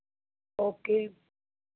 okay